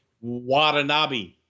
Watanabe